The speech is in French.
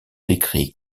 décrit